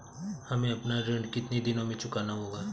हमें अपना ऋण कितनी दिनों में चुकाना होगा?